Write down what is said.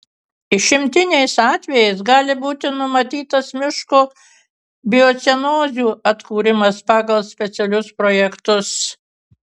išimtiniais atvejais gali būti numatytas miško biocenozių atkūrimas pagal specialius projektus